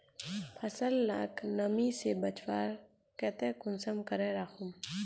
फसल लाक नमी से बचवार केते कुंसम करे राखुम?